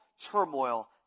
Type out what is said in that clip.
turmoil